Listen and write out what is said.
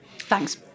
Thanks